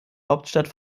hauptstadt